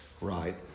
right